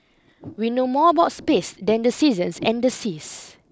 we know more about space than the seasons and the seas